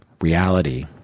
reality